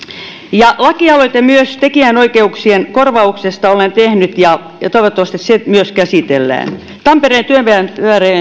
myös lakialoitteen tekijänoikeuksien korvauksista olen tehnyt ja ja toivottavasti myös se käsitellään tampereen työväen